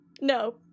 no